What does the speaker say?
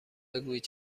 بگویید